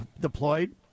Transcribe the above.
deployed